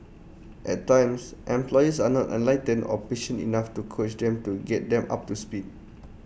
at times employers are not enlightened or patient enough to coach them to get them up to speed